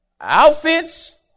outfits